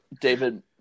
David